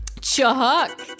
Chuck